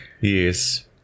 Yes